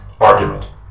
argument